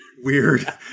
weird